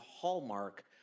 hallmark